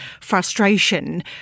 frustration